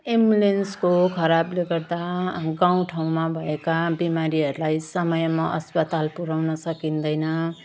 एम्बुलेन्सको खराबले गर्दा अब गाउँठाउँमा भएका बिमारीहरूलाई समयमा अस्पताल पुऱ्याउन सकिँदैन